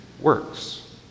works